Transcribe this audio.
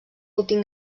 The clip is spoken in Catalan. últim